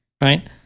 right